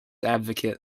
advocate